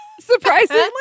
surprisingly